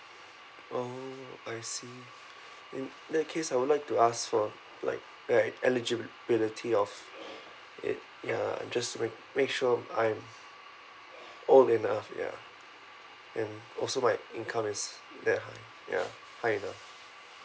oh I see in that case I would like to ask for like the e~ eligibility of it ya just make make sure I'm more than enough ya and also my income is that high ya high enough